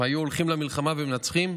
הם היו הולכים למלחמה ומנצחים,